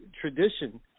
tradition –